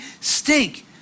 stink